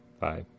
Bye